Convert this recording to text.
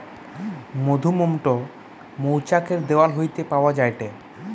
মধুমোম টো মৌচাক এর দেওয়াল হইতে পাওয়া যায়টে